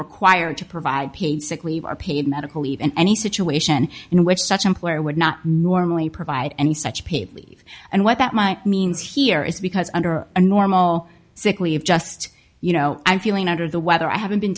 required to provide paid sick leave or paid medical leave in any situation in which such employer would not normally provide any such people and what that might means here is because under normal sick leave just you know i'm feeling under the weather i haven't been